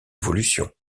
évolution